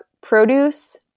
produce